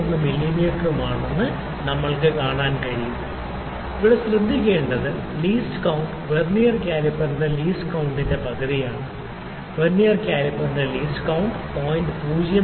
01 മില്ലീമീറ്ററുമാണെന്ന് നമുക്ക് കാണാൻ കഴിയും ഇവിടെ ശ്രദ്ധിക്കേണ്ടത് ലീസ്റ്റ് കൌണ്ട് വെർനിയർ കാലിപ്പറിന്റെ ലീസ്റ്റ് കൌണ്ട്ന്റെ പകുതിയാണ് വെർനിയർ കാലിപ്പറിന്റെ ലീസ്റ്റ് കൌണ്ട് 0